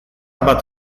bat